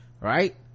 right